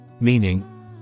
Meaning